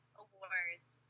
awards